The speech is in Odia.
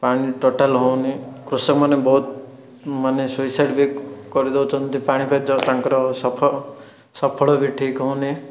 ପାଣି ଟୋଟାଲ ହେଉନି କୃଷକମାନେ ବହୁତ ମାନେ ସୁଇସାଇଡ଼୍ ବି କ କରିଦେଉଛନ୍ତି ପାଣି ପାଇଁ ଯେଉଁ ତାଙ୍କର ସଫ ସଫଳ ବି ଠିକ୍ ହେଉନି